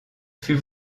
fut